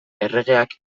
erregeak